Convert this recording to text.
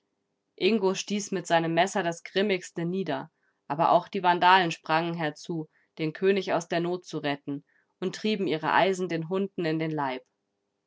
ingo stieß mit seinem messer das grimmigste nieder aber auch die vandalen sprangen herzu den könig aus der not zu retten und trieben ihre eisen den hunden in den leib